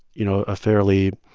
you know, a fairly,